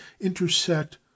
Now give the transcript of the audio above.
intersect